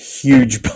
huge